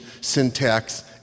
syntax